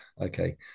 okay